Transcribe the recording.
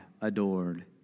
adored